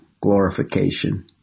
glorification